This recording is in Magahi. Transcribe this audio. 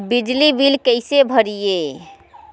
बिजली बिल कैसे भरिए?